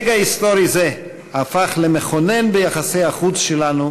רגע היסטורי זה הפך למכונן ביחסי החוץ שלנו